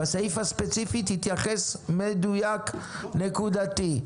בסעיף הספציפי תתייחס מדויק נקודתי.